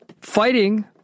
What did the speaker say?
fighting